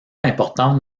importante